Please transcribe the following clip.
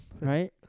Right